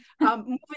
moving